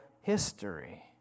history